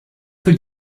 peu